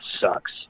sucks